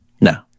No